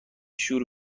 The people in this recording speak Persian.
شعور